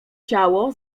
ciało